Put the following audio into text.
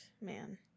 man